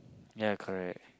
ya correct